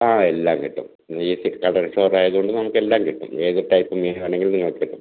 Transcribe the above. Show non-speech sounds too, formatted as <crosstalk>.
ആ എല്ലാം കിട്ടും <unintelligible> ആയതുകൊണ്ട് നമുക്ക് എല്ലാം കിട്ടും ഏത് ടൈപ്പ് മീൻ വേണമെങ്കിലും നമുക്ക് കിട്ടും